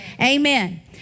Amen